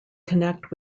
connect